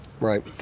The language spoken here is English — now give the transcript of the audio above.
Right